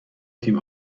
تیم